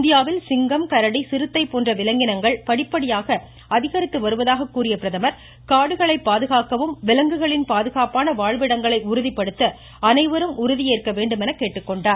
இந்தியாவில் சிங்கம் கரடி சிறுத்தை போன்ற விலங்கினங்கள் படிப்படியாக அதிகரித்து வருவதாக கூறிய பிரதமர் காடுகளை பாதுகாக்கவும் விலங்குகளின் பாதுகாப்பான வாழ்விடங்களை உறுதிபடுத்த அனைவரும் உறுதி ஏற்க வேண்டும் என கேட்டுக்கொண்டார்